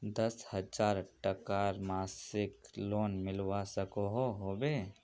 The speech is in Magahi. दस हजार टकार मासिक लोन मिलवा सकोहो होबे?